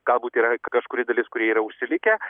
galbūt yra kažkuri dalis kurie yra užsilikę